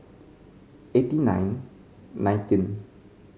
eighty nine nineteen